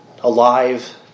alive